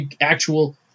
actual